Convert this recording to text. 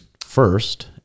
first